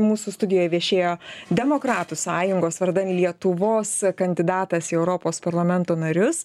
mūsų studijoj viešėjo demokratų sąjungos vardan lietuvos kandidatas į europos parlamento narius